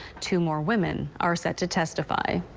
two more women are set to testify.